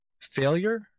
failure